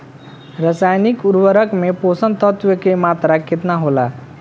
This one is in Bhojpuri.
रसायनिक उर्वरक मे पोषक तत्व के मात्रा केतना होला?